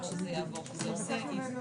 והאנשים כאן רוצים לדעת מה זה כולל.